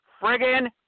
friggin